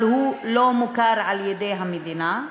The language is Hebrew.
אבל הוא לא מוכר על-ידי המדינה.